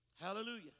Hallelujah